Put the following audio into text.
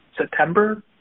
September